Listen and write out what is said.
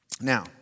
Now